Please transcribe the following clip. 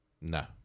No